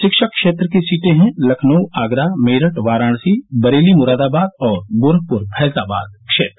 शिक्षक क्षेत्र की सीटें हैं लखनऊ आगरा मेरठ वाराणसी बरेली मुरादाबाद और गोरखपुर फैजाबाद क्षेत्र